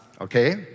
okay